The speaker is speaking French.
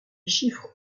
chiffres